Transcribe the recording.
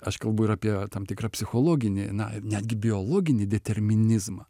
aš kalbu ir apie tam tikrą psichologinį na netgi biologinį determinizmą